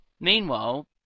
Meanwhile